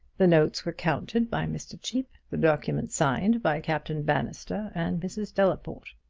the notes were counted by mr. cheape, the document signed by captain bannister and mrs. delaporte.